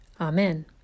Amen